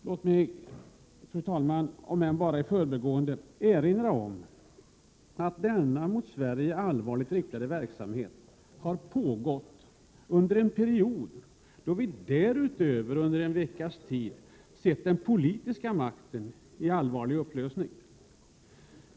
Låt mig, fru talman, om än bara i förbigående, erinra om att denna mot Sverige allvarligt riktade verksamhet har pågått under en period då vi därutöver under en veckas tid sett den politiska makten i allvarlig upplösning.